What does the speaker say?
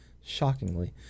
shockingly